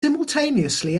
simultaneously